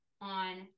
on